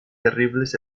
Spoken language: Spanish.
terribles